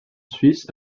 suisse